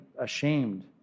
ashamed